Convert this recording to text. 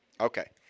Okay